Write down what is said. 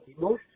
emotion